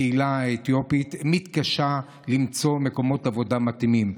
הקהילה האתיופית מתקשה למצוא מקומות עבודה מתאימים.